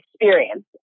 experience